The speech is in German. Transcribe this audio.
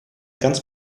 ganz